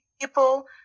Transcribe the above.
people